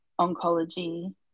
oncology